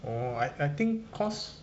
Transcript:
oh I I think cause